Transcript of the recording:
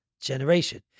generation